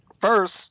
first